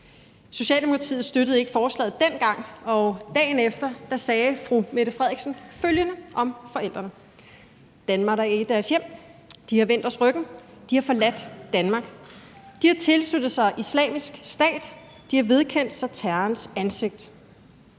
Socialdemokratiet støttede ikke forslaget dengang, og dagen efter sagde statsministeren følgende om forældrene: »Danmark er ikke deres hjem. De har vendt os ryggen. De har forladt Danmark. De har tilsluttet sig Islamisk Stat, og de har vedkendt sig terrorens ansigt.«